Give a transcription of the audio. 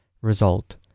Result